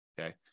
Okay